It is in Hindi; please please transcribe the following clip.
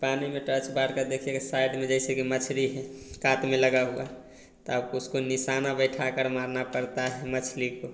पानी में टॉर्च मारकर देखिएगा साइड में जैसे कि मछली है कात में लगा हुआ त आपको उसको निशाना बैठाकर मारना पड़ता है मछली को